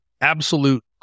absolute